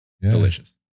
Delicious